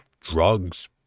drugs